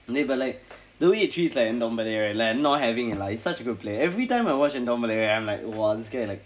dey but like the way it treats like a right like not having a lie it's such a good play everytime I watch I'm like !wah! this guy like